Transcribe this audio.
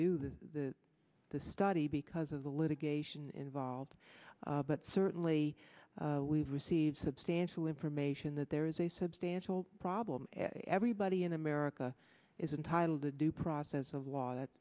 do the the study because of the litigation involved but certainly we've received substantial information that there is a substantial problem everybody in america is entitled to due process of law that